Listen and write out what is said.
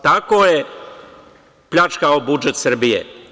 Tako je pljačkao budžet Srbije.